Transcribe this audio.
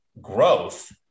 growth